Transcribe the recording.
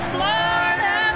Florida